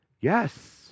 Yes